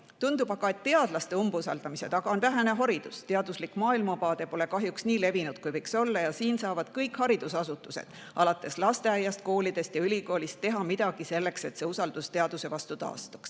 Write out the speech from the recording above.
Tundub, et teadlaste umbusaldamise taga on vähene haridus. Teaduslik maailmavaade pole kahjuks nii levinud, kui võiks olla, ja siin saavad kõik haridusasutused alates lasteaiast, koolist ja ülikoolist teha midagi, et usaldus teaduse vastu taastuks.